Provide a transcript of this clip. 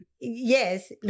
Yes